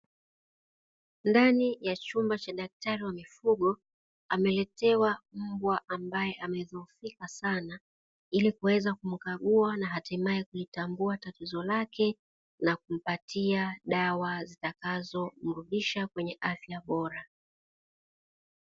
Ndani ya chumba cha daktari wa mifugo ameletewa mbwa ambaye amedhoofika sana, ili kuweza kumkagua na hatimaye kulitambua tatizo lake na kumpatia dawa zitakazo mrudisha kwenye afya bora.